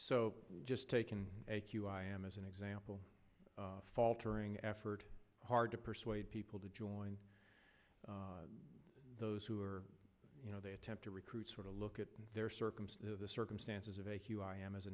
so just taken a cue i am as an example faltering effort hard to persuade people to join those who are you know they attempt to recruit sort of look at their circumstances the circumstances of a hugh i am as a